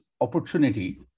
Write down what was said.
opportunity